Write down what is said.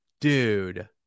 dude